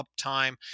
uptime